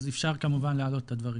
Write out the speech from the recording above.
אז אפשר כמובן להראות את הדברים.